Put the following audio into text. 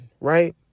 right